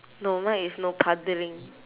no mine is no paddling